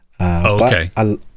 okay